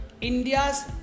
India's